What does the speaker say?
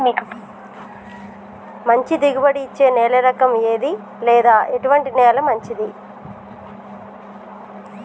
మంచి దిగుబడి ఇచ్చే నేల రకం ఏది లేదా ఎటువంటి నేల మంచిది?